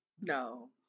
No